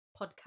podcast